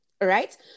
Right